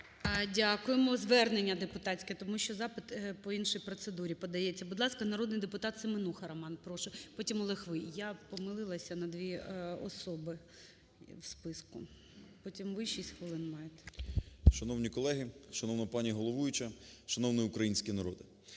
Дякуємо. Звернення депутатське, тому що запит по іншій процедурі подається. Будь ласка, народний депутат Семенуха Роман. Прошу. Потім Олег – ви. Я помилилися на дві особи у списку, потім – ви, 6 хвилин маєте. 13:22:57 СЕМЕНУХА Р.С. Шановні колеги, шановна пані головуюча, шановний український народе!